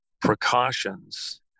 precautions